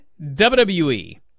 WWE